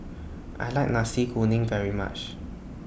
I like Nasi Kuning very much